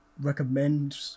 recommend